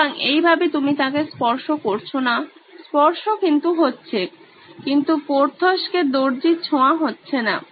সুতরাং এইভাবে তুমি তাঁকে স্পর্শ করছো না স্পর্শ কিন্তু হচ্ছে কিন্তু পোর্থস কে দর্জির ছোঁয়া হচ্ছে না